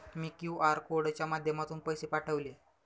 मी QR कोडच्या माध्यमातून पैसे पाठवले